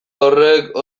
horrek